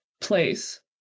place